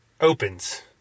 opens